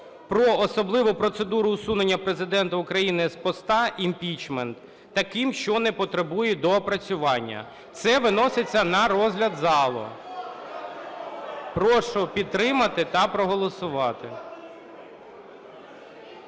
про особливу процедуру усунення Президента України з поста (імпічмент) таким, що не потребує доопрацювання. Це виноситься на розгляд залу. (Шум у залі) Прошу підтримати та проголосувати.